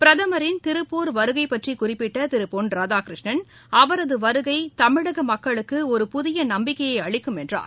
பிரதமரின் திருப்பூர் வருகைபற்றிகுறிப்பிட்டதிருபொன் ராதாகிருஷ்ணன் அவரதுவருகைதமிழகமக்களுக்குஒரு புதியநம்பிக்கையைஅளிக்கும் என்றார்